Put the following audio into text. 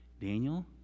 Daniel